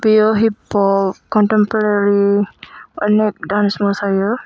बेयो hip hop contemporary अनेक dance मोसायो